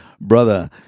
brother